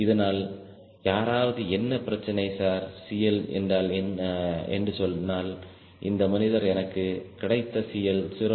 இதனால் யாராவது என்ன பிரச்சனை சார் CL என்று சொன்னால் இந்த மனிதர் எனக்கு கிடைத்த CL0